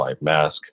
mask